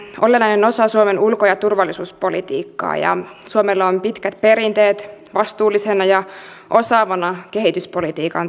kehityspolitiikka on olennainen osa suomen ulko ja turvallisuuspolitiikkaa ja suomella on pitkät perinteet vastuullisena ja osaavana kehityspolitiikan toimijana